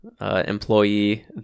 employee